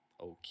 Okay